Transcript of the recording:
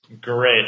Great